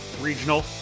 regional